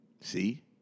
See